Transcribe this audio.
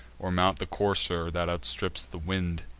or mount the courser that outstrips the wind.